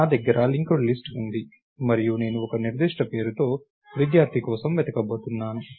నా దగ్గర linked list ఉంది మరియు నేను ఒక నిర్దిష్ట పేరుతో విద్యార్థి కోసం వెతకబోతున్నాను